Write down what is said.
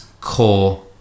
core